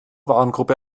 warengruppe